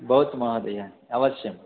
भवतु महोदय अवश्यं